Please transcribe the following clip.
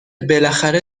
بالاخره